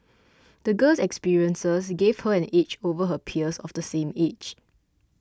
the girl's experiences gave her an edge over her peers of the same age